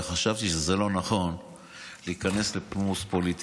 חשבתי שזה לא נכון להיכנס לפולמוס פוליטי.